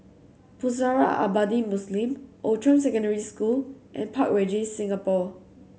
Pusara Abadi Muslim Outram Secondary School and Park Regis Singapore